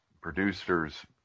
producers